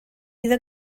iddo